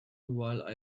while